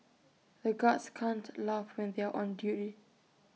the guards can't laugh when they are on duty